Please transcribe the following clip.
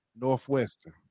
Northwestern